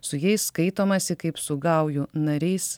su jais skaitomasi kaip su gaujų nariais